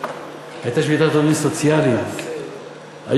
הייתה שביתת עובדים סוציאליים,